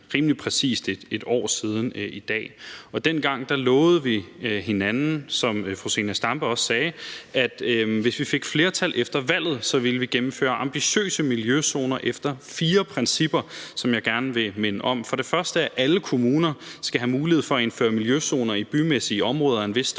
rimelig præcist et år siden i dag. Dengang lovede vi hinanden, som fru Zenia Stampe også sagde, at hvis vi fik flertal efter valget, ville vi gennemføre ambitiøse miljøzoner efter fire principper, som jeg gerne vil minde om. For det første: Alle kommuner skal have mulighed for at indføre miljøzoner i bymæssige områder af en vis størrelse,